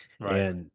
Right